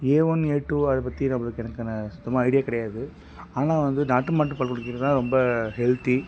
A one A two அதைப் பற்றி நம்மளுக்கு எனக்கான சுத்தமாக ஐடியா கிடையாது ஆனால் வந்து நாட்டு மாட்டுப் பால் குடிக்கிறது தான் ரொம்ப ஹெல்த்தி